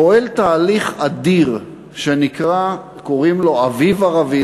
פועל תהליך אדיר שקוראים לו "אביב ערבי",